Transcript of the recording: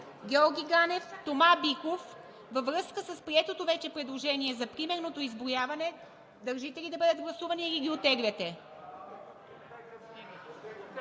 Георги Ганев, Тома Биков във връзка с приетото вече предложение за примерното изброяване. Държите ли да бъдат гласувани, или ги оттегляте?